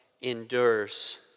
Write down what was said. endures